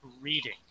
reading